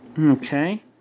okay